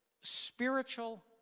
spiritual